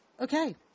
okay